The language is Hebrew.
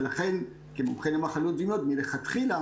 ולכן כמומחה למחלות זיהומיות מלכתחילה